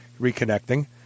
reconnecting